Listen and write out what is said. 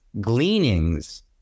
gleanings